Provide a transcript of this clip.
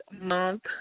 month